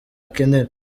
akinira